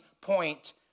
point